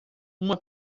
uma